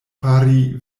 fari